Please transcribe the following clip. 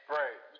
right